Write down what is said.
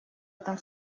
этом